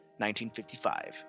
1955